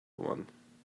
one